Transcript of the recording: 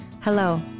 Hello